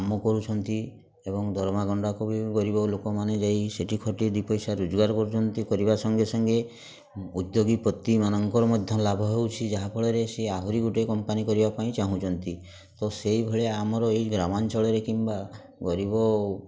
କାମ କରୁଛନ୍ତି ଏବଂ ଦରମା ଗଣ୍ଡାକ ବି ଗରିବ ଲୋକମାନେ ଯାଇ ସେଇଠି ଖଟି ଦୁଇପଇସା ରୋଜଗାର କରୁଛନ୍ତି କରିବା ସଙ୍ଗେସଙ୍ଗେ ଉଦ୍ୟୋଗୀପତିମାନଙ୍କର ମଧ୍ୟ ଲାଭ ହେଉଛି ଯାହାଫଳରେ ସିଏ ଆହୁରି ଗୋଟେ କମ୍ପାନୀ କରିବାପାଇଁ ଚାହୁଁଛନ୍ତି ତ ସେଇଭଳି ଆମର ଏଇ ଗ୍ରାମାଞ୍ଚଳରେ କିମ୍ବା ଗରିବ